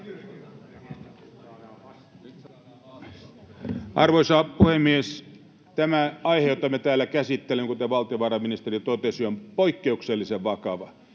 Arvoisa puhemies! Tämä aihe, jota me täällä käsittelemme, kuten valtiovarainministeri totesi, on poikkeuksellisen vakava.